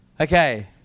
Okay